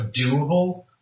doable